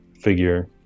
figure